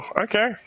okay